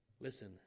Listen